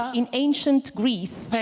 in ancient greece,